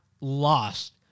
lost